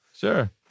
Sure